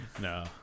No